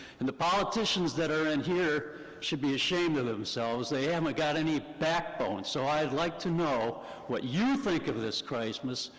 and the politicians that are in here should be ashamed of themselves, they haven't um ah got any backbone. so i'd like to know what you think of this crisis,